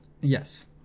Yes